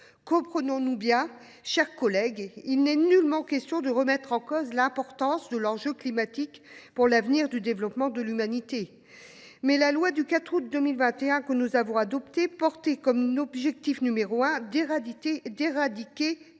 Comprenons nous bien, mes chers collègues : il n’est nullement question de remettre en cause l’importance de l’enjeu climatique pour l’avenir du développement de l’humanité ; mais la loi du 4 août 2021, que nous avons adoptée, portait comme premier objectif « l’éradication de